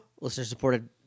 listener-supported